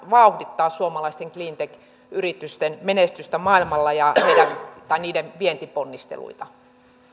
vauhdittaa suomalaisten cleantech yritysten menestystä maailmalla ja niiden vientiponnisteluita